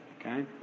Okay